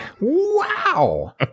Wow